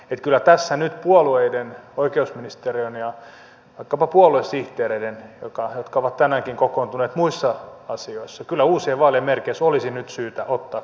että kyllä tässä nyt puolueiden oikeusministeriön ja vaikkapa puoluesihteereiden jotka ovat tänäänkin kokoontuneet muissa asioissa olisi nyt syytä uusien vaalien merkeissä ottaa koppia